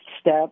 step